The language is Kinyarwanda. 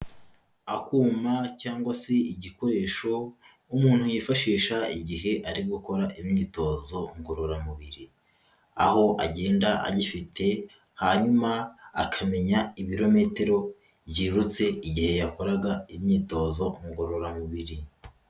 Akuma cyangwa se igikoresho umuntu yifashisha igihe ari gukora imyitozo ngororamubiri, aho agenda agifite, hanyuma akamenya ibirometero yirutse igihe yakoraga imyitozo ngororamubiri.